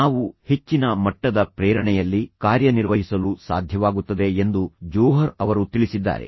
ನಾವು ಹೆಚ್ಚಿನ ಮಟ್ಟದ ಪ್ರೇರಣೆಯಲ್ಲಿ ಕಾರ್ಯನಿರ್ವಹಿಸಲು ಸಾಧ್ಯವಾಗುತ್ತದೆ ಎಂದು ಜೋಹರ್ ಅವರು ತಿಳಿಸಿದ್ದಾರೆ